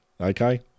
Okay